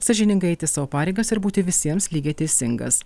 sąžiningai eiti savo pareigas ir būti visiems lygiai teisingas